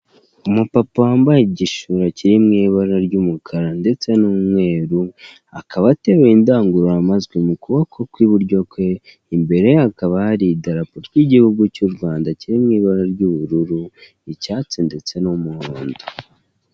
Umupapa wambaye igishura kiri mu ibara ry'umukara ndetse n'umweru akaba ateruye indangururamajwi mu kuboko kw'iburyo kwe imbere ye hakaba hari idarapo ry'igihugu cy'u Rwanda kiri mu ibara ry'ubururu, icyatsi ndetse n'umuhondo.